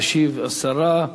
תשיב השרה.